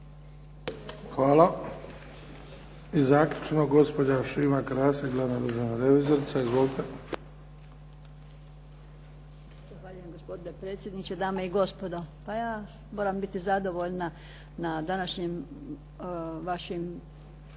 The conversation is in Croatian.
Hvala. I zaključno gospođa Šima Krasić glavna državna revizorica. Izvolite. **Krasić, Šima** Zahvaljujem gospodine predsjedniče. Dame i gospodo. Pa ja moram biti zadovoljna na današnjim vašim